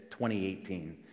2018